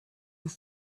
have